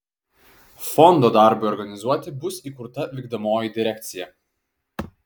fondo darbui organizuoti bus įkurta vykdomoji direkcija